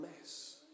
mess